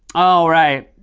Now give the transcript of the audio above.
oh, right.